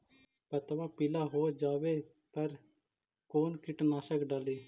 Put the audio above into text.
पतबा पिला हो जाबे पर कौन कीटनाशक डाली?